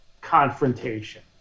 confrontation